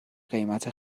قیمت